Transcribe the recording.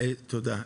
תודה.